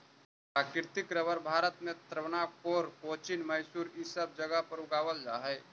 प्राकृतिक रबर भारत में त्रावणकोर, कोचीन, मैसूर इ सब जगह पर उगावल जा हई